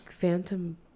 phantom